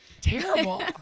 Terrible